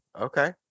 Okay